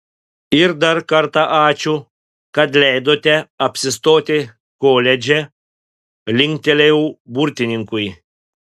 ir dar kartą ačiū kad leidote apsistoti koledže linktelėjau burtininkui